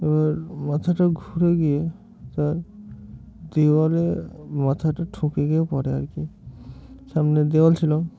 এবার মাথাটা ঘুরে গিয়ে তার দেওয়ালে মাথাটা ঠুকে গিয়ে পড়ে আর কি সামনে দেওয়াল ছিল